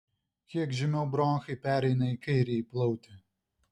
kiek žemiau bronchai pereina į kairįjį plautį